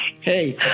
Hey